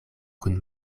kun